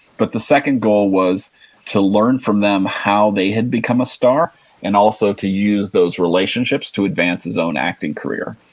but, the second goal was to learn from them how they had become a star and also to use those relationships to advance his own acting career.